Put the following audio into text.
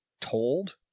told